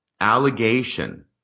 allegation